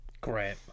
great